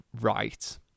right